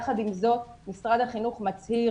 יחד עם זאת משרד החינוך מצהיר,